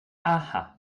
aha